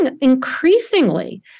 increasingly